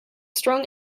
strong